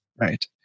right